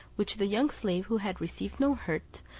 which the young slave, who had received no hurt,